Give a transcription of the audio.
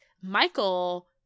Michael